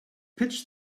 pitch